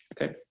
okay